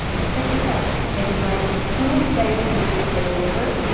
so check this out, i divide true by a three i get a number,